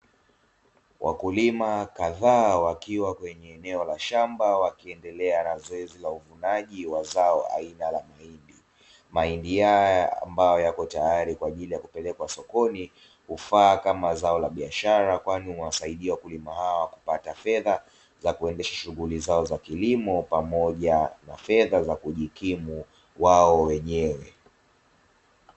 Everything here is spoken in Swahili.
Wakulima kadhaa wakiwa kwenye eneo la shamba wakiendelea na zoezi la uvunaji wa zao aina la mahindi. Mahindi haya ambayo yako tayari kwa ajili ya kupelekwa sokoni; hufaa kama zao la biashara kwani huwasaidie wakulima hawa kupata fedha za kuendesha shughuli zao za kilimo pamoja na fedha za kujikimu wao wenyewe.